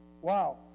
Wow